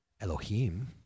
Elohim